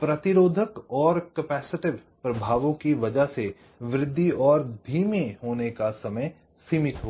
प्रतिरोधक और कपैसिटिव प्रभावों की वजह से वृद्धि और धीमे होने का समय सीमित होगा